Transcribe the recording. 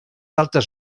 altes